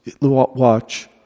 Watch